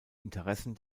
interessen